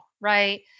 right